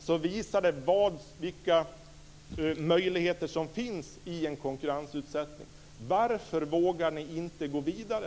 Det visar vilka möjligheter som en konkurrensutsättning rymmer. Varför vågar ni inte gå vidare?